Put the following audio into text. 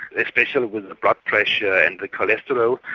especially with the blood pressure and the cholesterol,